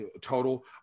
total